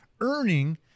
earning